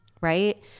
right